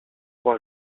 roi